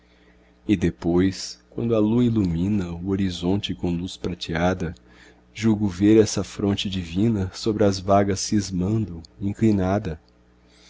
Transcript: e depois quando a lua ilumina o horizonte com luz prateada julgo ver essa fronte divina sobre as vagas cismando inclinada